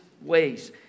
ways